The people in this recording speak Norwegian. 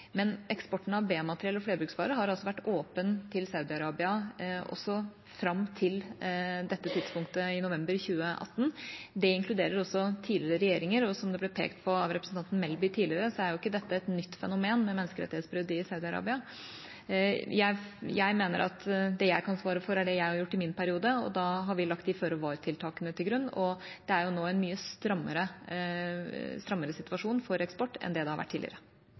men eksporten av B-materiell og flerbruksvarer har altså vært åpen til Saudi-Arabia også fram til dette tidspunktet, i november 2018. Det inkluderer også tidligere regjeringer, og som det ble pekt på av representanten Melby tidligere, er jo ikke menneskerettighetsbrudd i Saudi-Arabia et nytt fenomen. Det jeg kan svare for, er det jeg har gjort i min periode, og da har vi lagt de føre-var-tiltakene til grunn, og det er nå en mye strammere situasjon for eksport enn det det har vært tidligere.